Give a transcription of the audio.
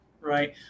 right